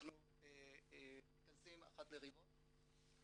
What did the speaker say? אנחנו מתכנסים אחת לרבעון.